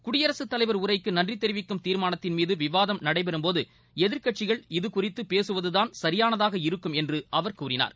குடியரகத் தலைவர் உரைக்கு நன்றி தெரிவிக்கும் தீர்மானத்தின் மீது விவாதம் நடைபெறும் போது எதிர்கட்சிகள் இதுகுறித்து பேசுவதுதான் சரியானதாக இருக்கும் என்று அவர் கூறினார்